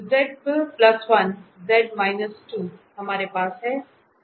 तो हमारे पास है